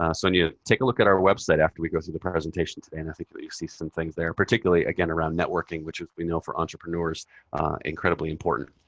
sonya, take a look at our website after we go through the presentation today and i think you'll you'll see some things there. particularly, again, around networking, which we know for entrepreneurs incredibly important.